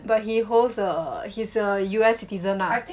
but he holds a he's a U_S citizen ah